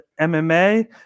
MMA